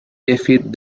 david